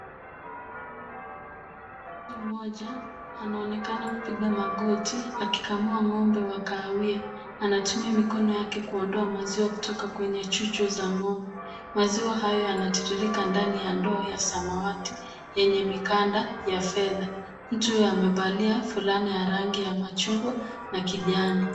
Mtu mmoja anaonekana kupiga magoti akikamua ng'ombe wa kahawia. Anatumia mikono yake kuondoa maziwa kutoka kwenye chuchu za ng'ombe. Maziwa hayo yanatiririka ndani ya ndoo ya samawati yenye mikanda ya fedha. Mtu huyo amevalia fulana ya rangi ya machungwa na kijani.